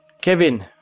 Kevin